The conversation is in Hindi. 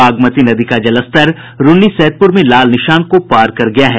बागमती नदी का जलस्तर रून्नीसैदपुर में लाल निशान को पार कर गया है